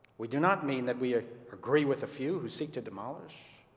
we do not mean that we agree with the few who seek to demolish,